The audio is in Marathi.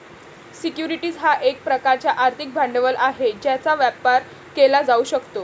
सिक्युरिटीज हा एक प्रकारचा आर्थिक भांडवल आहे ज्याचा व्यापार केला जाऊ शकतो